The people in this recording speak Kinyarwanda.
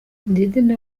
diddy